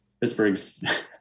Pittsburgh's